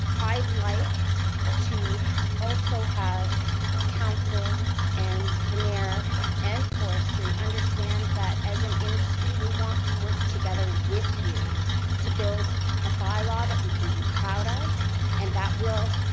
i'd like to also have council and the mayor and forestry understand that as an industry, we want to work together with you to build a by law that we can be proud of and that will